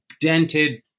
dented